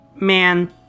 Man